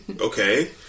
Okay